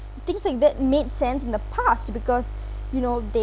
things like that made sense in the past because you know the~